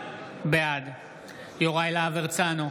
בעד יוראי להב הרצנו,